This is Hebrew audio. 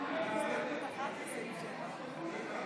אינו נוכח משה אבוטבול,